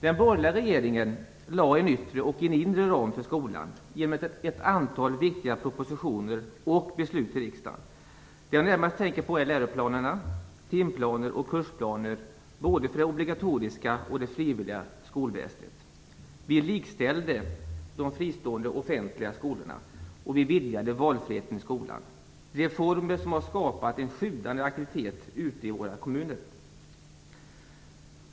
Den borgerliga regeringen lade en yttre och en inre ram för skolan genom ett antal viktiga propositioner och beslut i riksdagen. Jag tänker närmast på läroplaner, timplaner och kursplaner, både för det obligatoriska och det frivilliga skolväsendet. Vi likställde de fristående och offentliga skolorna, och vi vidgade valfriheten i skolan. Det är reformer som har skapat en sjudande aktivitet i våra kommuner.